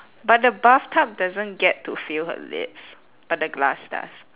but the bathtub doesn't get to feel her lips but the glass does